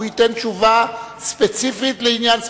הוא ייתן תשובה ספציפית לעניין ספציפי.